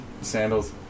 sandals